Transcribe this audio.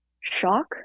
shock